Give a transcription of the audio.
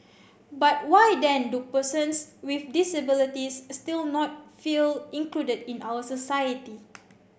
but why then do persons with disabilities still not feel included in our society